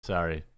Sorry